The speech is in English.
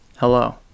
Hello